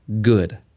good